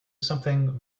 something